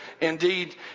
indeed